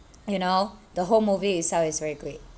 you know the whole movie itself is very great